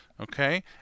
Okay